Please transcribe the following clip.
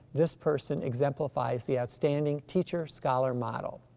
this person exemplifies the outstanding teacher-scholar model.